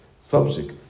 subject